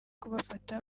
kubafata